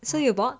so you bought